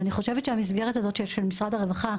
אני חושבת שהמסגרת הזו של משרד הרווחה,